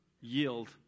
yield